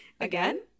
Again